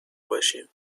باشیم